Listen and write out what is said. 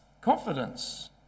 confidence